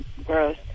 gross